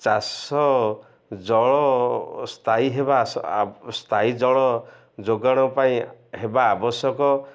ଚାଷ ଜଳ ସ୍ଥାୟୀ ହେବା ସ୍ଥାୟୀ ଜଳ ଯୋଗାଣ ପାଇଁ ହେବା ଆବଶ୍ୟକ